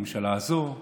הממשלה הזאת?